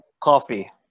coffee